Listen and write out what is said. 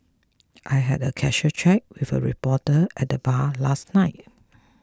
I had a casual chat with a reporter at the bar last night